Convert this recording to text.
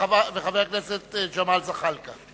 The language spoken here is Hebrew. וחבר הכנסת ג'מאל זחאלקה.